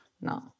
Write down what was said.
no